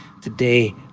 today